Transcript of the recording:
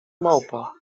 małpa